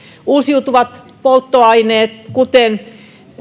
uusiutuvat polttoaineet kuten